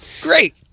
great